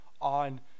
on